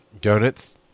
donuts